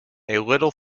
little